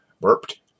Burped